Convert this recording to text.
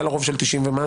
היה לה רוב של 90 ומשהו.